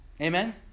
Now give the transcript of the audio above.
Amen